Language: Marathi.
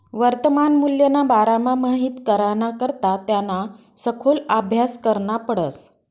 वर्तमान मूल्यना बारामा माहित कराना करता त्याना सखोल आभ्यास करना पडस